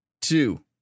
two